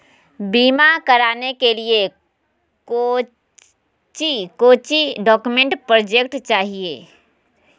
बीमा कराने के लिए कोच्चि कोच्चि डॉक्यूमेंट प्रोजेक्ट चाहिए?